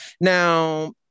now